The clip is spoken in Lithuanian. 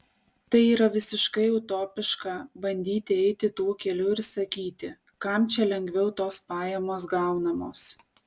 tai yra visiškai utopiška bandyti eiti tuo keliu ir sakyti kam čia lengviau tos pajamos gaunamos